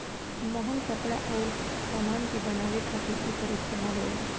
महंग कपड़ा अउर समान के बनावे खातिर एकर इस्तमाल होला